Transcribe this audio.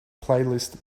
playlist